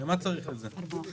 למה צריך את זה?